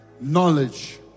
knowledge